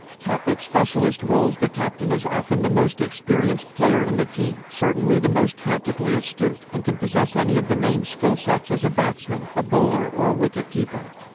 like specialist roles the captain is often the most experienced player in the team, certainly the most tactically astute, and can possess any of the main skillsets as a batsman, a bowler or a wicket-keeper.